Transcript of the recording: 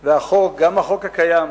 והחוק, גם החוק הקיים,